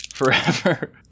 forever